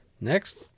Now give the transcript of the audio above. Next